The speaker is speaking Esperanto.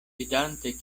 vidante